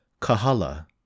Kahala